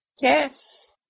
Yes